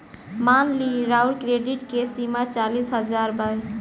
मान ली राउर क्रेडीट के सीमा चालीस हज़ार बावे